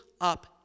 up